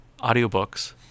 Audiobooks